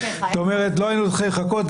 זאת אומרת שלא היינו צריכים לחכות,